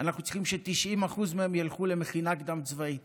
אנחנו צריכים ש-90% מהם ילכו למכינה קדם-צבאית